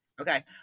Okay